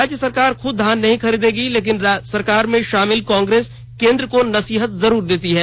राज्य सरकार खुद धान नहीं खरीदेगी लेकिन सरकार में शामिल कांग्रेस केंद्र को नसीहत जरूर देती है